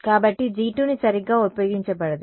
కాబట్టి G2 ని సరిగ్గా ఉపయోగించబడదు